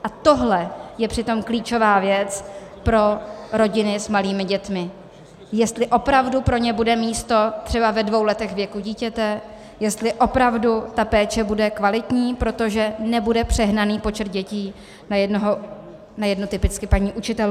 A tohle je přitom klíčová věc pro rodiny s malými dětmi, jestli opravdu pro ně bude místo třeba ve dvou letech věku dítěte, jestli opravdu ta péče bude kvalitní, protože nebude přehnaný počet dětí na typicky jednu paní učitelku.